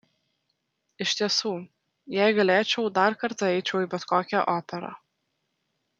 iš tiesų jei galėčiau dar kartą eičiau į bet kokią operą